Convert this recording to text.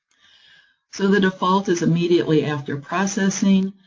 so the default is immediately after processing,